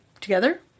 Together